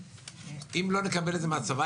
ואם לא נקבל את זה מהצבא,